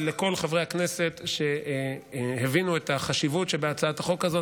לכל חברי הכנסת שהבינו את החשיבות שבהצעת החוק הזאת